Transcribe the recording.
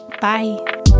bye